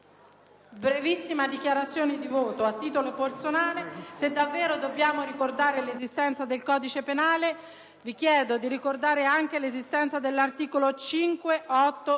brevissima dichiarazione di voto a titolo personale. Se davvero dobbiamo ricordare l'esistenza del codice penale, vi chiedo di ricordare anche l'esistenza dell'articolo 583